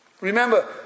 Remember